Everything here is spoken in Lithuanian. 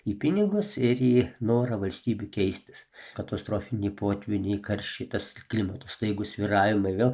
į pinigus ir į norą valstybių keistis katastrofiniai potvyniai karščiai tas klimato staigūs svyravimai vėl